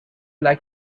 like